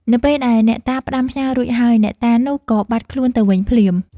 នៅពេលដែលអ្នកតាផ្ដាំផ្ញើររួចហើយ អ្នកតានោះក៏បាត់ខ្លួនទៅវិញភ្លាម។